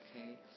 Okay